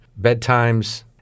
bedtimes